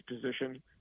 position